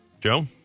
Joe